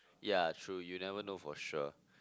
ya true you never know for sure